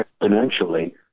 exponentially